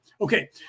Okay